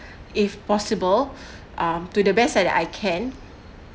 if possible um to the best that I can